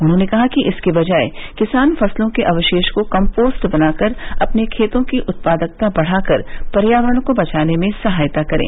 उन्होंने कहा कि इसके बजाय किसान फसलों के अवशेष को कम्पोस्ट बनाकर अपने खेतों की उत्पादकता बढ़ा कर पर्यावरण को बचाने में सहायता करें